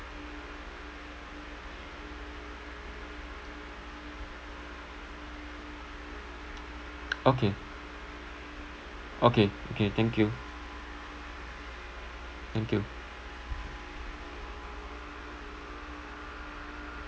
okay okay okay thank you thank you